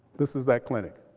this is that clinic.